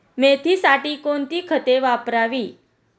मेथीसाठी कोणती खते वापरावी?